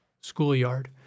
schoolyard